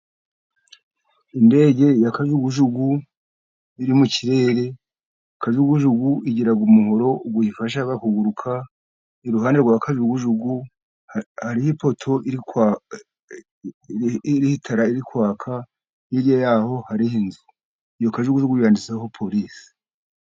Indege ya kajugujugu iri mu kirere, kajugujugu igira umuhoro uyifasha kuguruka, iruhande rwa kajugujugu hariho ipoto, iriho itara riri kwaka, hirya y'aho hariho inzu. Iyo kajugujugu yanditseho Porisi.